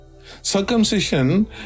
Circumcision